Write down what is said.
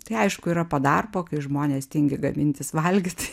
tai aišku yra po darbo kai žmonės tingi gamintis valgyt